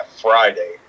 Friday